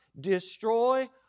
destroy